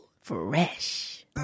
Fresh